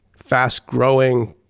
fast growing,